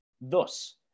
Thus